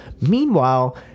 Meanwhile